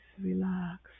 relax